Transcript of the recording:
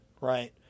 right